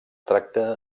tracta